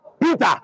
Peter